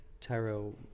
tarot